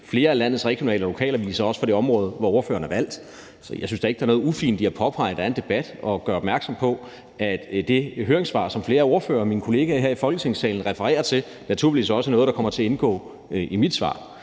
flere af landets regionale og lokale aviser også fra det område, hvor ordføreren er valgt. Så jeg synes da ikke, der er noget ufint i at påpege, at der er en debat, og gøre opmærksom på, at det høringssvar, som flere af ordførerne, mine kollegaer her i Folketingssalen, refererer til, naturligvis også er noget, der kommer til at indgå i mit svar.